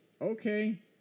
okay